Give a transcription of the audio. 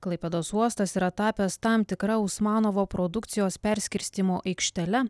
klaipėdos uostas yra tapęs tam tikra usmanovo produkcijos perskirstymo aikštele